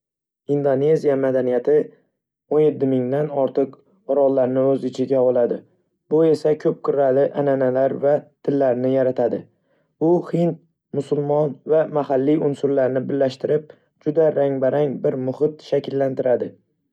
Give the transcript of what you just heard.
Indoneziya madaniyati o'n yetti mingdan ortiq orollarni o'z ichiga oladi, bu esa ko'p qirrali an'analar va tillarni yaratadi. U hind, musulmon va mahalliy unsurlarni birlashtirib, juda rang-barang bir muhit shakllantiradi.